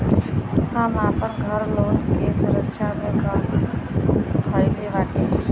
हम आपन घर लोन के सुरक्षा मे धईले बाटी